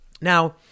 Now